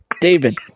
David